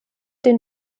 den